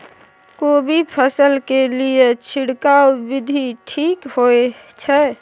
कोबी फसल के लिए छिरकाव विधी ठीक होय छै?